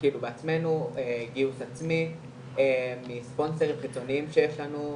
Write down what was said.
בעצמינו גיוס עצמי מספונסרים חיצוניים שיש לנו,